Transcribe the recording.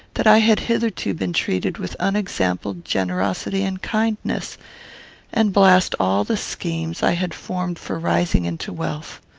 that i had hitherto been treated with unexampled generosity and kindness and blast all the schemes i had formed for rising into wealth.